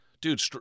Dude